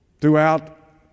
throughout